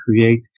create